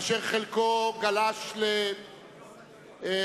אשר חלקו גלש לביקורות,